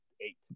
eight